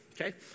Okay